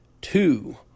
two